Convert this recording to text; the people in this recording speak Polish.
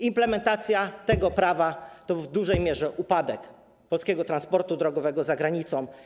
Implementacja tego prawa oznacza w dużej mierze upadek polskiego transportu drogowego za granicą.